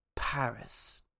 Paris